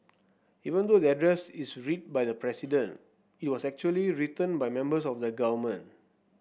even though the address is read by the President it was actually written by members of the government